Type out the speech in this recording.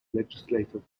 legislative